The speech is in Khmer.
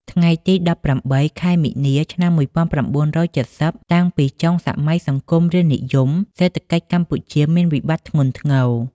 ថ្ងៃទី១៨ ខែមីនា ឆ្នាំ ១៩៧០ តាំងពីចុងសម័យសង្គមរាស្រ្តនិយម សេដ្ឋកិច្ចកម្ពុជាមានវិបត្តិធ្ងន់ធ្ងរ។